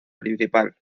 principal